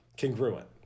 congruent